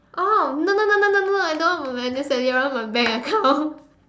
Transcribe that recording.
oh no no no no no I don't want my annual salary I want my bank account